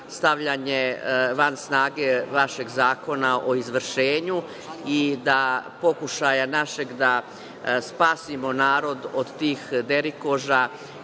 stavljanje van snage vašeg Zakona o izvršenju i našeg pokušaja da spasimo narod od tih derikoža